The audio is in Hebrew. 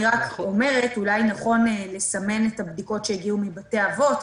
אני רק אומרת שאולי לסמן את הבדיקות שהגיעו מבתי האבות,